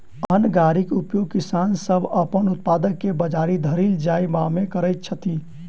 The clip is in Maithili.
अन्न गाड़ीक उपयोग किसान सभ अपन उत्पाद के बजार धरि ल जायबामे करैत छथि